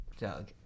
Doug